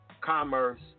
commerce